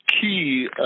key